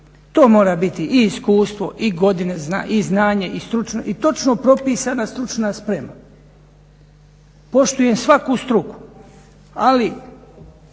To mora biti i iskustvo i godine i znanje i točno propisana stručna sprema. Poštujem svaku struku,